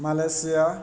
Malaysia